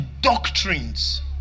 doctrines